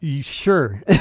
Sure